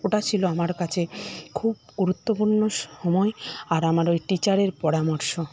ওটা ছিল আমার কাছে খুব গুরুত্বপূর্ণ সময় আর আমার ওই টিচারের পরামর্শ